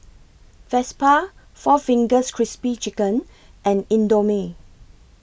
Vespa four Fingers Crispy Chicken and Indomie